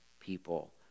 people